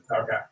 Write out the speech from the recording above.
Okay